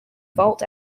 vault